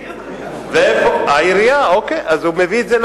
העירייה מחליטה.